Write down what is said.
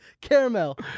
Caramel